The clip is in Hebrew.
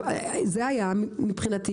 זה היה מבחינתי,